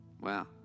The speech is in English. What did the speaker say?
Wow